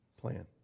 plan